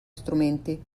strumenti